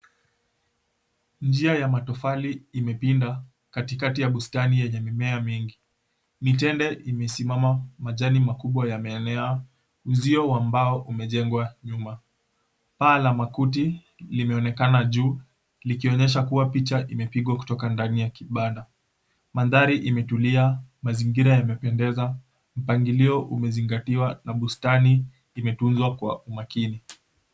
Njia ya matofali imepinda katikati ya bustani yenye mimea mingi. Mitende imesimama, majani makubwa yameenea, uzio wa mbao umejengwa nyuma. Paa la makuti limeonekana juu likionyesha kuwa picha imepigwa kutoka ndani ya kibanda. Mandhari imetulia, mazingira yamependeza, mpangilio umezingatiwa na bustani imetunzwa kwa umakini.